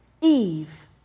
Eve